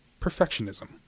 Perfectionism